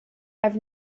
have